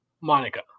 Monica